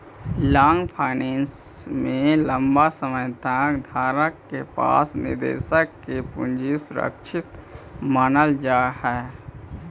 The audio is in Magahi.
लॉन्ग फाइनेंस में लंबा समय तक धारक के पास निवेशक के पूंजी सुरक्षित मानल जा हई